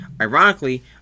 Ironically